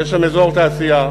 שיש שם אזור תעשייה,